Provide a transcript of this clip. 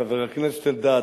חבר הכנסת אלדד,